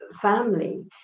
family